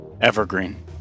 Evergreen